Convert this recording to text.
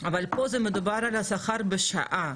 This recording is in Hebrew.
אבל פה מדובר על השכר לשעה,